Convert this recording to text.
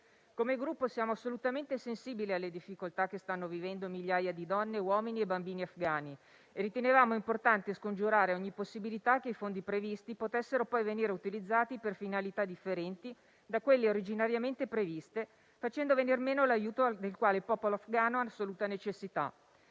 Come Gruppo siamo assolutamente sensibili alle difficoltà che stanno vivendo migliaia di donne, uomini e bambini afghani e ritenevamo importante scongiurare ogni possibilità che i fondi previsti potessero poi venire utilizzati per finalità differenti da quelle originariamente previste, facendo venir meno l'aiuto del quale il popolo afghano ha assoluta necessità.